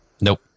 Nope